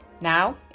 Now